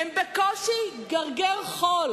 הם בקושי גרגר חול